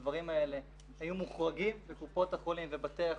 הדברים האלה היו מוחרגים וקופות החולים ובתי החולים,